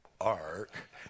ark